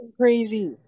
crazy